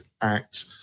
Act